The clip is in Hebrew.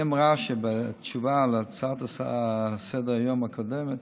היא אמרה שבתשובה על הצעה לסדר-היום הקודמת